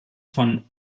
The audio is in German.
von